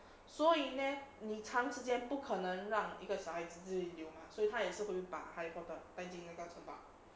所以 leh 你长时间不可能让一个小孩子自己留嘛所以他也是会把 harry potter 带进那个城堡